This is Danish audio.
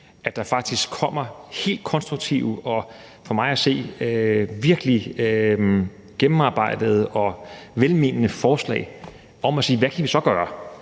at der faktisk kommer helt konstruktive og for mig at se virkelig gennemarbejdede og velmenende forslag om, hvad vi kan gøre.